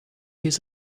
his